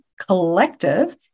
Collective